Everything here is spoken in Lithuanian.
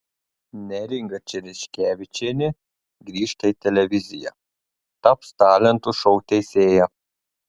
neringa čereškevičienė grįžta į televiziją taps talentų šou teisėja